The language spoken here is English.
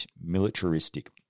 militaristic